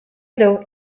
elu